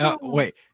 wait